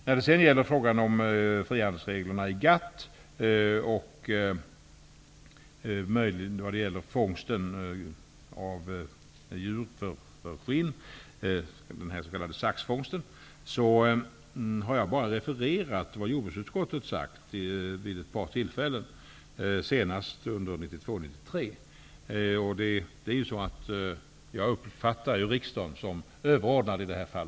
När det gäller frihandelsreglerna i GATT och handeln med skinn från djur fångade med bensax, har jag bara refererat vad jordbruksutskottet har sagt vid ett par tillfällen, senast under 1992/93. Jag uppfattar riksdagen som överordnad i detta fall.